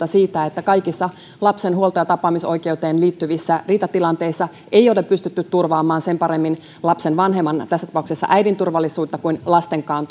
siitä että kaikissa lapsen huolto ja tapaamisoikeuteen liittyvissä riitatilanteissa ei ole pystytty turvaamaan sen paremmin lapsen vanhemman tässä tapauksessa äidin turvallisuutta kuin lastenkaan